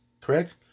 Correct